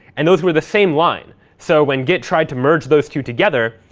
and those were the same line. so when git tried to merge those two together,